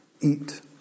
Eat